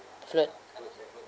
flood